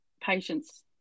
patients